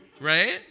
Right